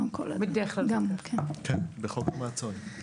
כן, בחוק המעצרים.